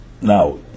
now